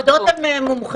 יוליה, בהפחדות הם מומחים.